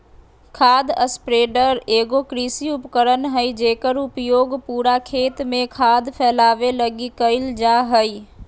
खाद स्प्रेडर एगो कृषि उपकरण हइ जेकर उपयोग पूरा खेत में खाद फैलावे लगी कईल जा हइ